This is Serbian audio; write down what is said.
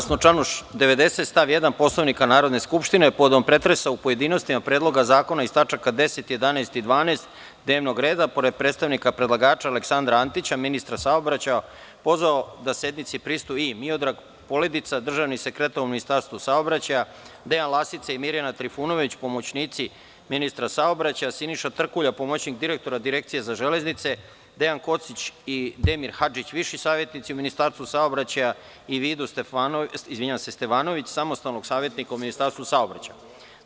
sam, saglasno članu 90. stav 1. Poslovnika Narodne skupštine, povodom pretresa u pojedinostima predloga zakona iz tačaka 10, 11. i 12. dnevnog reda, pored predstavnika predlagača Aleksandra Antića, ministra saobraćaja, pozvao da sednici prisustvuju i Miodrag Poledica, državni sekretar u Ministarstvu saobraćaja, Dejan Lasica i Mirjana Trifunović, pomoćnici ministra saobraćaja, Siniša Trkulja, pomoćnik direktora Direkcije za železnice, Dejan Kocić i Demir Hadžić, viši savetnici u Ministarstvu saobraćaja i Vidu Stevanović, samostalnog savetnika u Ministarstvu saobraćaja.